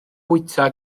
fwyta